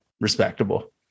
respectable